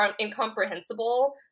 incomprehensible